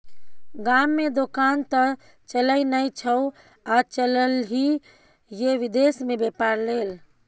गाममे दोकान त चलय नै छौ आ चललही ये विदेश मे बेपार लेल